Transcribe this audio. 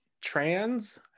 trans